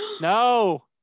No